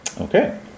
Okay